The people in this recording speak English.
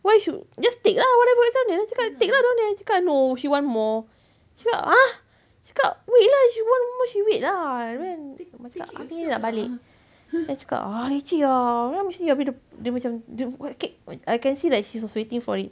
why should just take lah whatever dah dekat sana then cakap take lah around there dia cakap no she want more cakap ah cakap wait lah if you want more she wait lah kan and then nak balik lepas tu I cakap ah leceh lah macam ni habis dia dia macam dia I can see like she was waiting for it